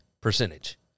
percentage